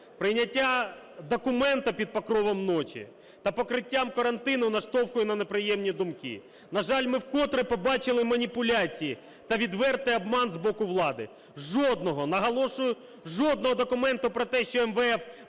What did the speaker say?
"Прийняття документа під покровом ночі та покриттям карантину наштовхує на неприємні думки. На жаль, ми вкотре побачили маніпуляції та відвертий обман з боку влади. Жодного, наголошую, жодного документа про те, що МВФ